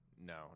No